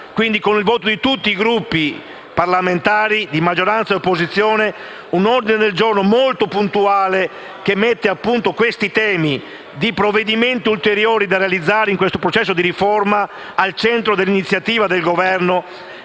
quindi con il voto di tutti i Gruppi parlamentari di maggioranza e opposizione, un ordine del giorno molto puntuale, che mette questi temi, relativi ai provvedimenti ulteriori da realizzare in questo processo di riforma, al centro dell'iniziativa del Governo